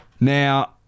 Now